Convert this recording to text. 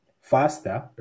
faster